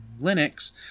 Linux